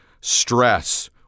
stress